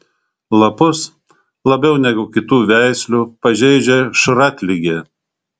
lapus labiau negu kitų veislių pažeidžia šratligė